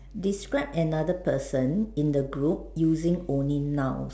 describe another person in the group using only nouns